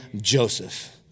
Joseph